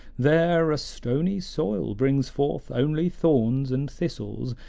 there a stony soil brings forth only thorns, and thistles,